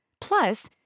Plus